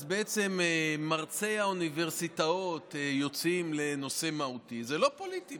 אז בעצם מרצי האוניברסיטאות יוצאים לנושאים מהותיים: זה לא פוליטי,